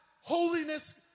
holiness